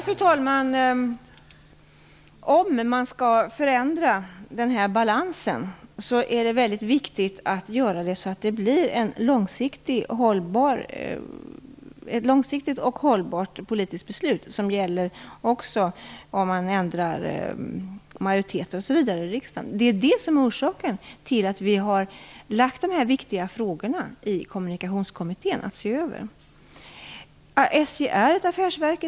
Fru talman! Om man skall förändra balansen är det väldigt viktigt att se till att det blir ett långsiktigt och hållbart politiskt beslut som också kommer att gälla om majoriteten ändras i riksdagen. Det är orsaken till att dessa viktiga frågor skall ses över av SJ är i dag ett affärsverk.